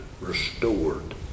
restored